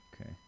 Okay